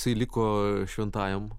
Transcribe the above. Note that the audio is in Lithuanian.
jisai liko šventajam